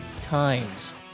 times